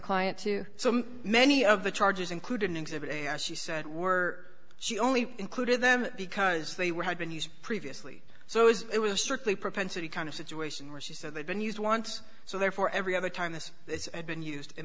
client to so many of the charges include exhibit a she said were she only included them because they were had been used previously so it was a strictly propensity kind of situation where she said they've been used once so therefore every other time this had been used it